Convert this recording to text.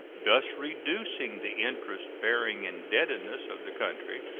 thus reducing the interest-bearing indebtedness of the country,